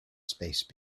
space